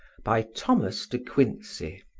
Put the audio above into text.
by thomas de quincey